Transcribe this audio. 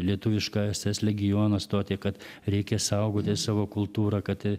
lietuvišką eses legioną stoti kad reikia saugoti savo kultūrą kad